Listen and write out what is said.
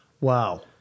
Wow